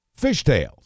Fishtails